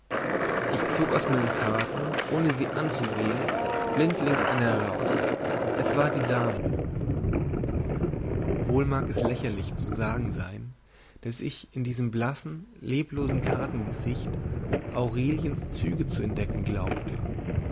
ich zog aus meinen karten ohne sie anzusehen blindlings eine heraus es war die dame wohl mag es lächerlich zu sagen sein daß ich in diesem blassen leblosen kartengesicht aureliens züge zu entdecken glaubte